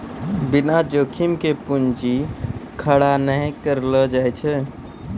बिना जोखिम के पूंजी खड़ा नहि करलो जावै पारै